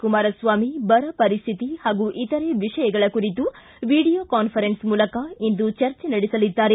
ಕುಮಾರಸ್ವಾಮಿ ಬರ ಪರಿಸ್ಥಿತಿ ಹಾಗೂ ಇತರೆ ವಿಷಯಗಳ ಕುರಿತು ವಿಡಿಯೋ ಕಾನ್ವರೆನ್ಸ್ ಮೂಲಕ ಇಂದು ಚರ್ಚೆ ನಡೆಸಲಿದ್ದಾರೆ